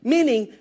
Meaning